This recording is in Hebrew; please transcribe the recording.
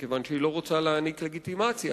מכיוון שהיא לא רוצה להעניק לגיטימציה